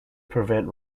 prevent